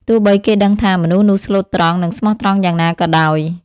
ទោះបីគេដឹងថា មនុស្សនោះស្លូតត្រង់ និងស្មោះត្រង់យ៉ាងណាក៏ដោយ ។